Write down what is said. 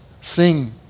sing